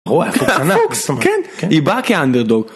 פוקס. כן. היא באה כאנדרדוג.